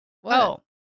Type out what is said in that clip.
whoa